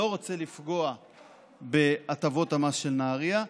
לא רוצה לפגוע בהטבות המס של נהריה,